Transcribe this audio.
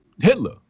Hitler